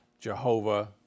Jehovah